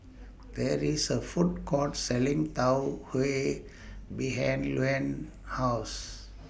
There IS A Food Court Selling Tau Huay behind Luann's House